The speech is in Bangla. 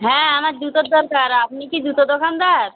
হ্যাঁ আমার জুতোর দরকার আপনি কি জুতো দোকানদার